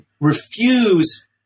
refuse